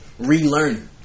Relearning